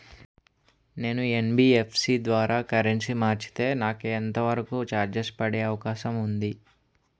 నేను యన్.బి.ఎఫ్.సి ద్వారా కరెన్సీ మార్చితే నాకు ఎంత వరకు చార్జెస్ పడే అవకాశం ఉంది?